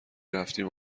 رفتیم